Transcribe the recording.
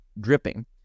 dripping